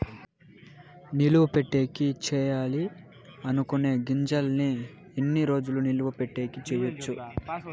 నిలువ పెట్టేకి సేయాలి అనుకునే గింజల్ని ఎన్ని రోజులు నిలువ పెట్టేకి చేయొచ్చు